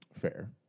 Fair